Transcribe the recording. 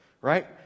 right